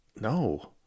No